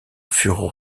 furent